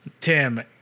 Tim